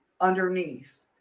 underneath